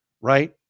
right